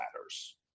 matters